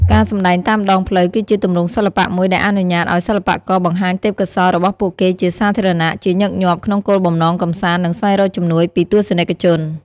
ការសម្ដែងតាមដងផ្លូវ គឺជាទម្រង់សិល្បៈមួយដែលអនុញ្ញាតឱ្យសិល្បករបង្ហាញទេពកោសល្យរបស់ពួកគេជាសាធារណៈ ជាញឹកញាប់ក្នុងគោលបំណងកម្សាន្ត និងស្វែងរកជំនួយពីទស្សនិកជន។